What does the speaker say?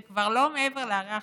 זה כבר לא מעבר להרי החושך,